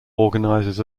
organizes